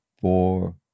four